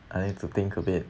I need to think a bit